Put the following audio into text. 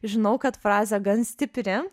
žinau kad frazė gan stipri